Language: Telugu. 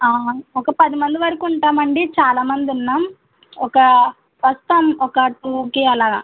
ఒక పదిమంది వరకు ఉంటామండి చాలామంది ఉన్నాం ఒక వస్తాం ఒక టు కి అలా